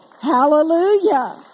hallelujah